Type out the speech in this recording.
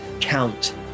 count